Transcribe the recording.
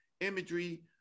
imagery